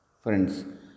Friends